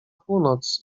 północ